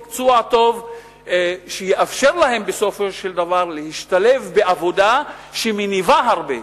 ומקצוע טוב יאפשר להם בסופו של דבר להשתלב בעבודה שמניבה הרבה.